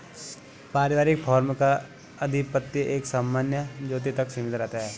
पारिवारिक फार्म का आधिपत्य एक सामान्य ज्योति तक सीमित रहता है